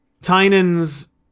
Tynan's